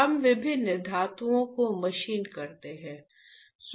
हम विभिन्न धातुओं को मशीन करते हैं